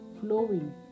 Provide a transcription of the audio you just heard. flowing